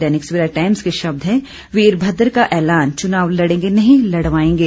दैनिक Savera Times के शब्द हैं वीरमद्र का एलान चुनाव लड़ेंगे नहीं लड़वायेंगे